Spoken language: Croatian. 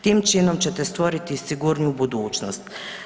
Tim činom ćete stvoriti sigurniju budućnost.